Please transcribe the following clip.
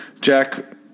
Jack